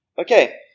Okay